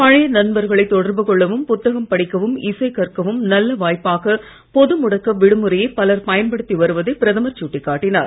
பழைய நண்பர்களை தொடர்பு கொள்ளவும் புத்தகம் படிக்கவும் இசை கற்கவும் நல்ல வாய்ப்பாக பொது முடக்க விடுமுறையை பலர் பயன்படுத்தி வருவதை பிரதமர் சுட்டிக் காட்டினார்